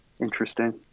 interesting